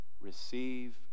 receive